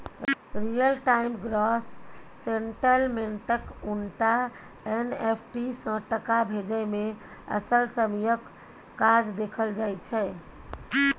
real time gross सेटलमेंटक उनटा NFT सँ टका भेजय मे असल समयक काज देखल जाइ छै